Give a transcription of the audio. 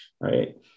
right